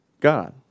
God